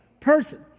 person